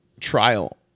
trial